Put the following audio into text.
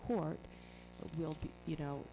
court you know